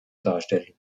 darstellen